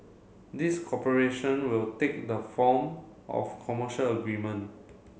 this cooperation will take the form of commercial agreement